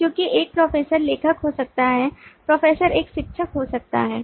क्योंकि एक प्रोफेसर लेखक हो सकता है प्रोफेसर एक प्रशिक्षक हो सकता है